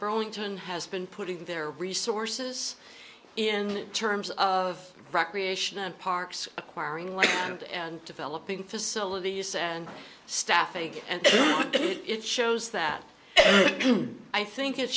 burlington has been putting their resources in terms of recreation and parks acquiring like it and developing facilities and staffing and it shows that i think it